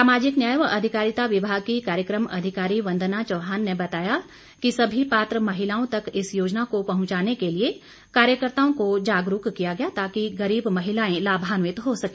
सामाजिक न्याय व अधिकारिता विभाग की कार्यक्रम अधिकारी वंदना चौहान ने बताया कि सभी पात्र महिलाओं तक इस योजना को पहुंचाने के लिए कार्यकर्त्ताओं को जागरूक किया गया ताकि गरीब महिलाएं लाभान्वित हो सके